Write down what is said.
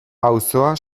auzoa